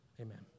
Amen